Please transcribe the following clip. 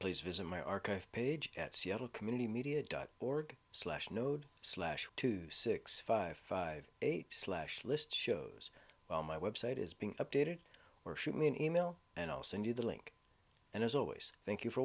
please visit my archive page at seattle community media dot org slash node slash two six five five eight slash list shows well my website is being updated or shoot me an email and i'll send you the link and as always thank you for